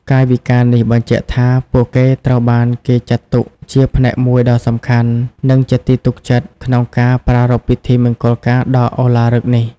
កាយវិការនេះបញ្ជាក់ថា ពួកគេត្រូវបានគេចាត់ទុកជា ផ្នែកមួយដ៏សំខាន់ និងជាទីទុកចិត្ត ក្នុងការប្រារព្ធពិធីមង្គលការដ៏ឧឡារិកនេះ។